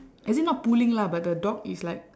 as in not pulling lah but the dog is like